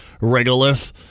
regolith